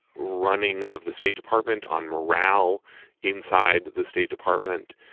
running of the state department on morale inside the state department.